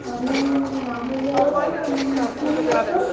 আমি নাহলেও কুড়ি বছর